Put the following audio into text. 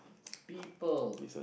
people